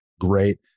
great